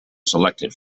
selected